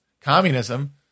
communism